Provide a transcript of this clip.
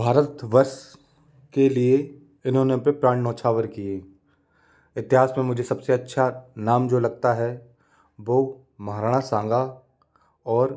भारतवर्ष के लिए इन्होंने हम पर प्राण न्योछावर किए इतिहास में मुझे सबसे अच्छा नाम जो लगता है वह महाराणा सांगा और